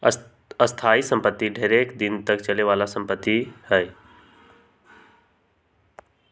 स्थाइ सम्पति ढेरेक दिन तक चले बला संपत्ति हइ